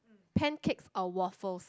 pancakes or waffles